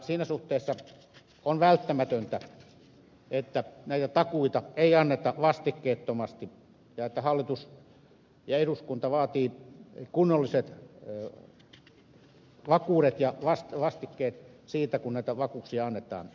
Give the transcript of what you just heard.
siinä suhteessa on välttämätöntä että takuita ei anneta vastikkeettomasti ja että hallitus ja eduskunta vaativat kunnolliset vakuudet ja vastikkeet siitä kun näitä vakuuksia annetaan